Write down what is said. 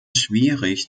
schwierig